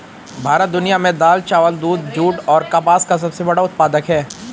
भारत दुनिया में दाल, चावल, दूध, जूट और कपास का सबसे बड़ा उत्पादक है